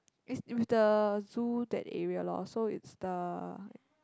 it's with the Zoo that area loh so it's the